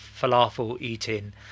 falafel-eating